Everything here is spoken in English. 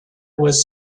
was